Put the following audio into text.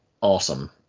awesome